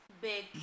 big